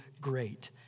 great